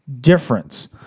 difference